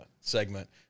segment